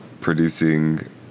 Producing